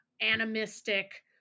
animistic